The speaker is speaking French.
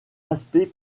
aspect